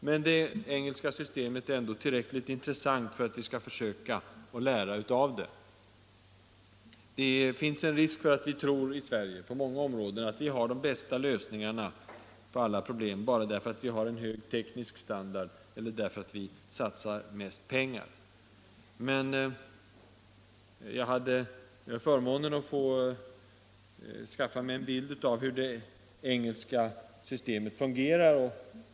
Men det engelska systemet är ändå tillräckligt intressant för att vi skall försöka lära av det. Det finns risk att vi i Sverige tror att vi har de bästa lösningarna på alla problem bara för att vi har hög teknisk standard eller satsar mest pengar. Jag hade förmånen att få skaffa mig en bild av hur det engelska systemet fungerar.